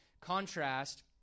contrast